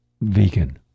Vegan